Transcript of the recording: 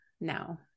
no